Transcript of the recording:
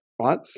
Right